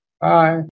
Bye